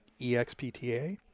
expta